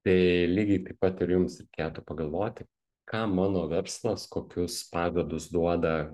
tai lygiai taip pat ir jums reikėtų pagalvoti ką mano verslas kokius pažadus duoda